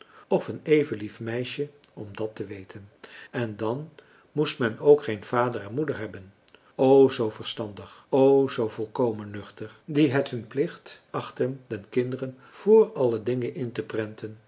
of een even lief meisje om dat te weten en dan moest men ook geen vader en moeder hebben o zoo verstandig o zoo volkomen nuchteren die het hun plicht achten den kinderen vr alle dingen in te prenten